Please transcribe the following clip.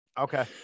Okay